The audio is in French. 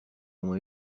ont